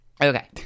okay